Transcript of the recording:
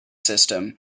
system